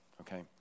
okay